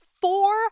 Four